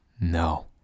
No